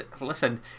listen